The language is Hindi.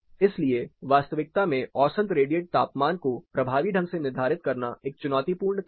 इसलिए वास्तविकता में औसत रेडिएंट तापमान को प्रभावी ढंग से निर्धारित करना एक चुनौतीपूर्ण काम है